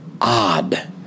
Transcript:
odd